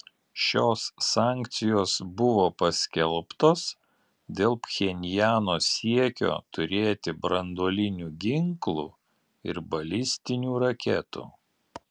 šios sankcijos buvo paskelbtos dėl pchenjano siekio turėti branduolinių ginklų ir balistinių raketų